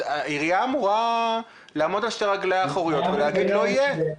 העיריה אמורה לעמוד על שתי רגליה האחוריות ולהגיד 'לא יהיה'.